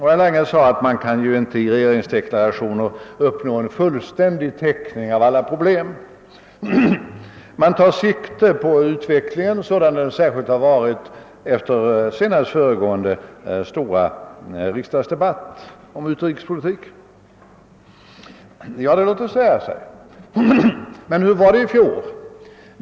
Herr Lange sade att man inte i regeringsdeklarationer kan uppnå en fullständig täckning av alla problem, utan man tar därvid särskilt sikte på den utveckling som ägt rum sedan närmast föregående riksdagsdebatt om utrikespolitiken. Ja, det låter sig sägas. Men hur var det i fjol?